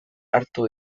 hartu